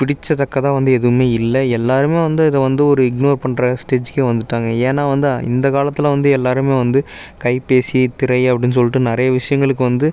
பிடிச்சதக்க தான் வந்து எதுவும் இல்லை எல்லாரும் வந்து இதை வந்து ஒரு இக்னோர் பண்ணுற டேஜ்ஜிக்கு வந்துட்டாங்க ஏன்னா வந்து இந்தக்காலத்தில் வந்து எல்லாரும் வந்து கைபேசி திரை அப்படின்னு சொல்லிட்டு நிறைய விஷயங்களுக்கு வந்து